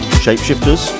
shapeshifters